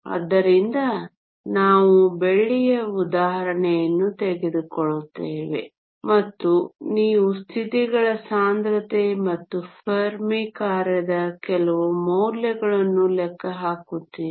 ಆದ್ದರಿಂದ ನಾವು ಬೆಳ್ಳಿಯ ಉದಾಹರಣೆಯನ್ನು ತೆಗೆದುಕೊಳ್ಳುತ್ತೇವೆ ಮತ್ತು ನೀವು ಸ್ಥಿತಿಗಳ ಸಾಂದ್ರತೆ ಮತ್ತು ಫೆರ್ಮಿ ಕಾರ್ಯದ ಕೆಲವು ಮೌಲ್ಯಗಳನ್ನು ಲೆಕ್ಕ ಹಾಕುತ್ತೀರಿ